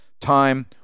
Time